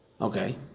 Okay